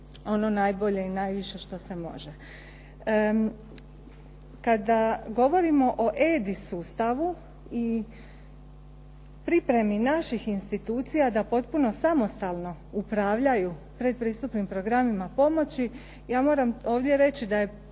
ono najbolje i najviše što se može. Kada govorimo o Edi sustavu i pripremi naših institucija da potpuno samostalno upravljaju pretpristupnim programima pomoći ja moram ovdje reći da je